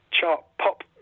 chart-pop